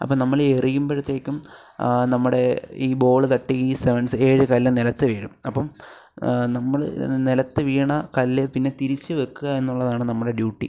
അപ്പം നമ്മൾ ഈ എറിയുമ്പോഴത്തേക്കും നമ്മുടെ ഈ ബോള് തട്ടി ഈ സെവൻസ് ഏഴ് കല്ല് നിലത്ത് വീഴും അപ്പം നമ്മൾ നിലത്ത് വീണ കല്ല് പിന്നെ തിരിച്ച് വയ്ക്കുക എന്നുള്ളതാണ് നമ്മളെ ഡ്യൂട്ടി